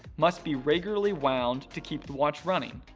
must be regularly wound to keep the watch running.